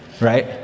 Right